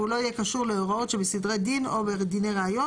והוא לא יהיה קשור להוראות שבסדרי דין או בדיני ראיות;